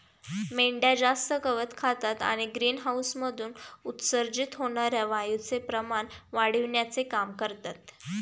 मेंढ्या जास्त गवत खातात आणि ग्रीनहाऊसमधून उत्सर्जित होणार्या वायूचे प्रमाण वाढविण्याचे काम करतात